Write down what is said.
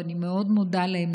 ואני מאוד מודה להם,